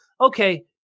Okay